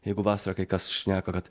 jeigu vasarą kai kas šneka kad